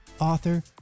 author